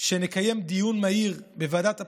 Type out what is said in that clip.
שנקיים דיון מהיר בוועדת הפנים,